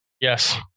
Yes